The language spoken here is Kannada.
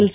ಎಲ್